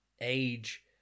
age